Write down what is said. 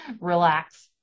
relax